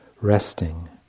Resting